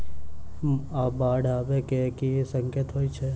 बाढ़ आबै केँ की संकेत होइ छै?